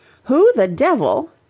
who the devil,